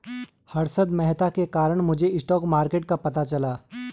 हर्षद मेहता के कारण मुझे स्टॉक मार्केट का पता चला